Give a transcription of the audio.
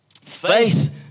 faith